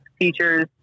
teachers